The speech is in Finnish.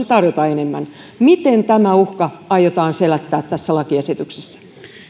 tarjota palveluitaan enemmän miten tämä uhka aiotaan selättää tässä lakiesityksessä